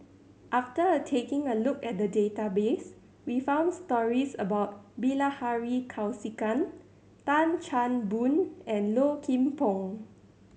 after taking a look at the database we found stories about Bilahari Kausikan Tan Chan Boon and Low Kim Pong